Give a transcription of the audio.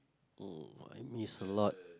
oh I miss a lot